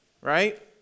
Right